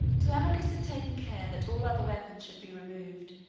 telemachus had taken care that all other weapons should be removed,